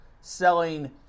selling